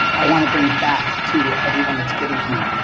i wanna bring back to everyone that's given to me,